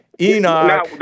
Enoch